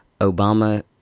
Obama